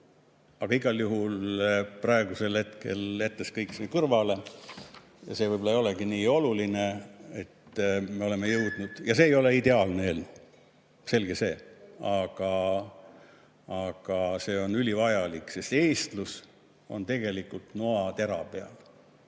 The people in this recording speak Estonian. Aga igal juhul praegusel hetkel jättes kõik see kõrvale ja see võib-olla ei olegi nii oluline, et me oleme jõudnud ... Ja see ei ole ideaalne eelnõu, selge see. Aga see on ülivajalik. Sest eestlus on tegelikult noatera peal.